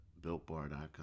BuiltBar.com